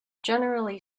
generally